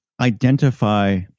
identify